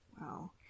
wow